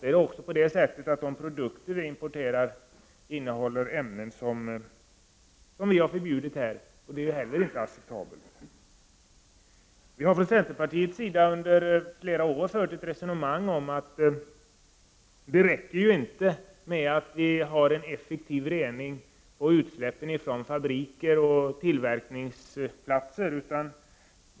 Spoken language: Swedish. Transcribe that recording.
Produkter som vi importerar innehåller också ofta ämnen som vi har förbjudit här, och det är inte heller acceptabelt. Från centerpartiets sida har vi under flera år fört ett resonemang om att det inte räcker med att vi har en effektiv rening av utsläppen från fabriker och tillverkningsplatser.